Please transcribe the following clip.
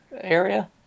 area